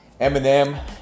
Eminem